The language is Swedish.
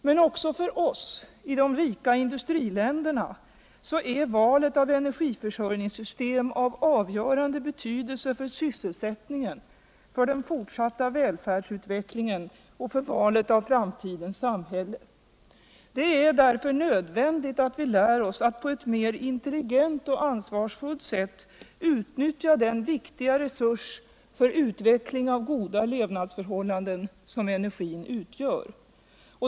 Men också för oss i de rika industriländerna är valet av ett energiförsörjningssystem av avgörande betydelse för sysselsättningen, den fortsatta välfärdsutvecklingen och valet av framtidens samhälle. Det är därför nödvändigt att vi lär oss att på et mer intelligent och ansvarsfullt sätt utnyttja den viktiga resurs för utvecklingen av goda Icvynadsförhållanden som energin utgör.